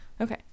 okay